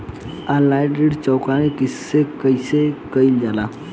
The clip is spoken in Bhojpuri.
ऑनलाइन ऋण चुकौती कइसे कइसे कइल जाला?